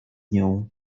nią